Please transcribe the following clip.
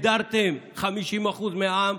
הדרתם 50% מהעם,